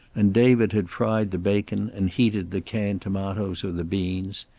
and david had fried the bacon and heated the canned tomatoes or the beans.